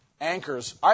Anchors